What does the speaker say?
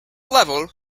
level